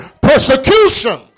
Persecution